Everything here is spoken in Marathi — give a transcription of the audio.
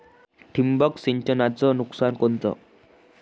ठिबक सिंचनचं नुकसान कोनचं?